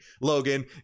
Logan